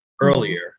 earlier